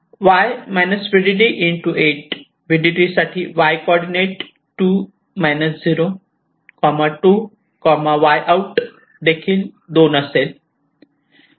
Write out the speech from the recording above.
y vdd 8 VDD साठी y coordinate 2 0 2 y out देखील 2 असेल